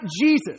Jesus